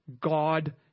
God